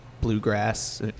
bluegrass